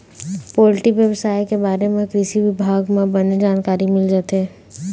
poultry बेवसाय के बारे म कृषि बिभाग म बने जानकारी मिल जाही